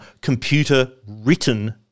computer-written